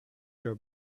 your